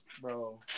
bro